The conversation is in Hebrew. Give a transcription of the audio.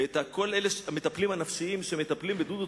ולכל המטפלים הנפשיים שמטפלים בדודו